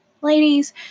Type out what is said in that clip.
Ladies